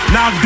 Now